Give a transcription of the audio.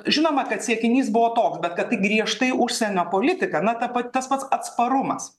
žinoma kad siekinys buvo toks bet kad tai griežtai užsienio politika na ta pat tas pats atsparumas